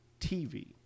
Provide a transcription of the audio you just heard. TV